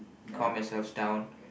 calm yourselves down